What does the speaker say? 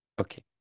Okay